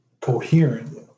coherent